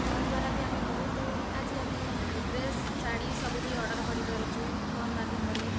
phone ଦ୍ୱାରା ବି ଆମେ ବହୁତ ଆଜି ଆମେ ଡ୍ରେ ଡ୍ରେସ୍ ଶାଢ଼ୀ ସବୁ ବି ଅର୍ଡ଼ର୍ କରିପାରୁଛୁ ଫୋନ୍ ମାଧ୍ୟମରେ